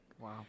Wow